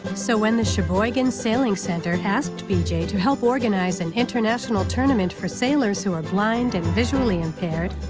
so when the sheboygan sailing center asked bj to help organize an international tournament for sailors who are blind and visually impaired,